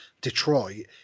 Detroit